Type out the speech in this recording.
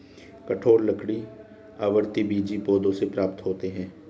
कठोर लकड़ी आवृतबीजी पौधों से प्राप्त होते हैं